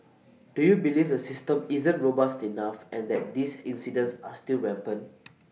do you believe the system isn't robust enough and that these incidents are still rampant